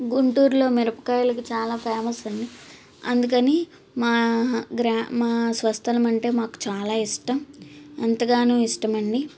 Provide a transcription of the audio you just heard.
గుంటూరులో మిరపకాయలకి చాలా ఫేమస్ అండి అందుకని మా గ్రా మా స్వస్థలం అంటేమాకు చాలా ఇష్టం ఎంతగానో ఇష్టమండీ